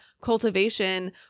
cultivation